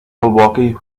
milwaukee